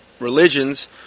religions